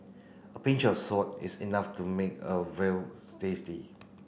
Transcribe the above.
a pinch of salt is enough to make a veal tasty